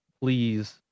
please